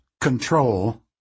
control